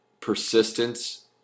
persistence